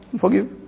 forgive